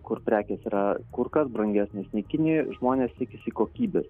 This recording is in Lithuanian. kur prekės yra kur kas brangesnės nei kinijoj žmonės tikisi kokybės